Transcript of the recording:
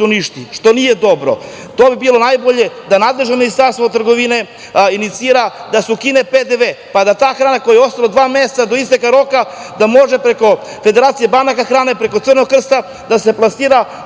uništi se, a to nije dobro. Bilo bi najbolje da nadležno ministarstvo trgovine inicira da se ukine PDV, pa da ta hrana kojoj je ostalo dva meseca do isteka roka da može preko federacije banaka hrane, preko Crvenog krsta, da se plasira